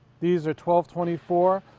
these are twelve twenty four.